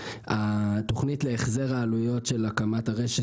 התכנית להחזר העלויות של הקמת הרשת